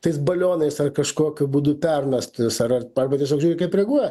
tais balionais ar kažkokiu būdu permesti ar ar arba tiesiog žiūri kaip reaguoja